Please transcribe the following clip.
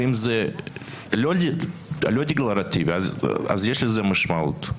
ואם זה לא דקלרטיבי, אז יש לזה משמעות.